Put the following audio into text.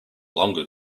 longer